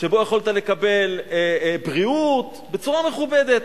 שבו יכולת לקבל בריאות, בצורה מכובדת.